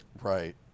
Right